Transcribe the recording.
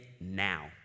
now